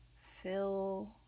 fill